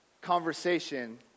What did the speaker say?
conversation